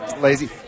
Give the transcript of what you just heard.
lazy